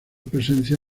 presencia